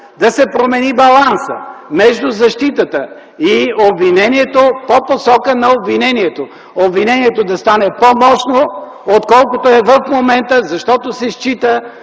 да се промени балансът между защитата и обвинението по посока на обвинението. Обвинението да стане по-мощно, отколкото е в момента, защото се счита